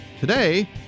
Today